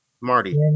Marty